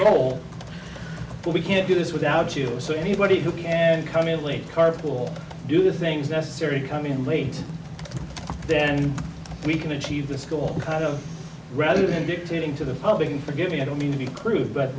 goal but we can't do this without you so anybody who can come in late carpool do the things necessary come in late then we can achieve this goal kind of rather than dictating to the public and forgive me i don't mean to be crude but